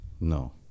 No